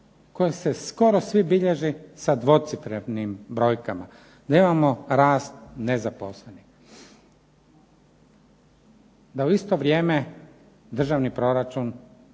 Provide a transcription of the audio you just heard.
koji se skoro svi bilježi sa .../Govornik se ne razumije./... brojkama. Nemamo rast nezaposlenih. Da u isto vrijeme državni proračun